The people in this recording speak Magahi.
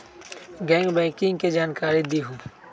गैर बैंकिंग के जानकारी दिहूँ?